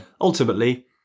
Ultimately